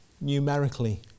numerically